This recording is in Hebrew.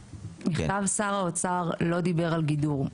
מכתב שר האוצר לא דיבר על גידור,